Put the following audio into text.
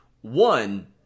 one